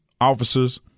officers